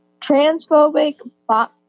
Transphobic